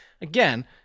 again